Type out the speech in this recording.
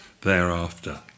thereafter